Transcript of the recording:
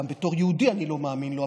גם בתור יהודי אני לא מאמין לו,